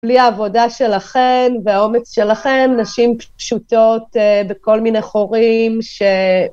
בלי העבודה שלכם והאומץ שלכם, נשים פשוטות בכל מיני חורים ש...